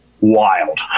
wild